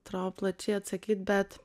atrodo plačiai atsakyt bet